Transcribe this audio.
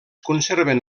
conserven